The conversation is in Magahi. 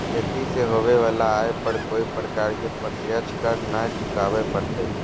खेती से होबो वला आय पर कोय प्रकार के प्रत्यक्ष कर नय चुकावय परतय